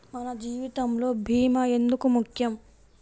మన జీవితములో భీమా ఎందుకు ముఖ్యం?